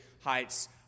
heights